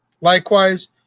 likewise